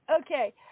Okay